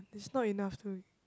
it's not enough to